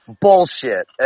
Bullshit